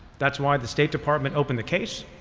that's why the state department opened the case.